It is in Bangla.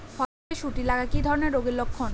ফসলে শুটি লাগা কি ধরনের রোগের লক্ষণ?